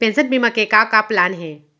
Pension बीमा के का का प्लान हे?